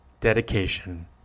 dedication